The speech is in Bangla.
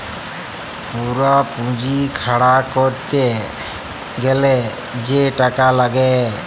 পুরা পুঁজি খাড়া ক্যরতে গ্যালে যে টাকা লাগ্যে